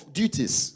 duties